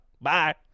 Bye